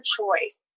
choice